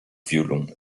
violon